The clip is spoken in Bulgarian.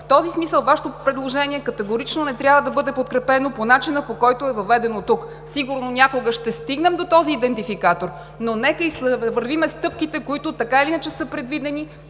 В този смисъл Вашето предложение категорично не трябва да бъде подкрепено по начина, по който е въведено тук. Сигурно някога ще стигнем до този идентификатор, но нека извървим стъпките, които така или иначе са предвидени